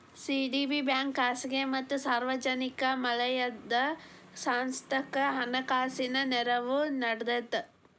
CDB ಬ್ಯಾಂಕ ಖಾಸಗಿ ಮತ್ತ ಸಾರ್ವಜನಿಕ ವಲಯದ ಸಂಸ್ಥಾಕ್ಕ ಹಣಕಾಸಿನ ನೆರವು ನೇಡ್ತದ